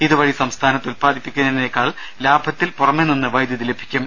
ഇതുവഴി സംസ്ഥാനത്ത് ഉല്പാദിപ്പിക്കുന്നതിനേക്കാൾ ലാഭത്തിൽ പുറമെ നിന്ന് വൈദ്യുതി ലഭിക്കും